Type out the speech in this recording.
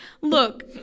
look